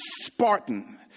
Spartan